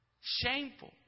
shameful